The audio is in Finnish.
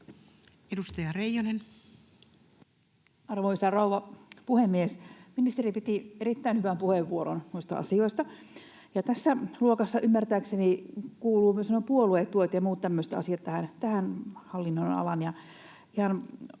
Edustaja Reijonen. Arvoisa rouva puhemies! Ministeri piti erittäin hyvän puheenvuoron noista asioista. Tässä luokassa, tähän hallinnonalaan, ymmärtääkseni kuuluvat myös puoluetuet ja muut tämmöiset asiat, ja